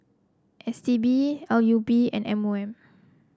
S T B L U P and M O M